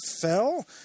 fell